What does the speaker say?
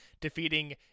defeating